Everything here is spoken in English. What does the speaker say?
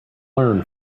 learn